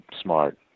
smart